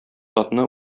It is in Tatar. атны